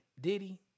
Diddy